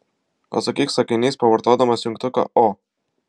atsakyk sakiniais pavartodamas jungtuką o